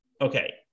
okay